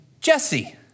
Jesse